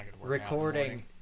recording